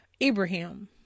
Abraham